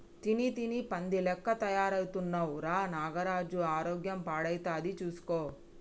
తిని తిని పంది లెక్క తయారైతున్నవ్ రా నాగరాజు ఆరోగ్యం పాడైతది చూస్కో